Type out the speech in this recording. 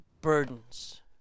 burdens